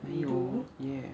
还有 ya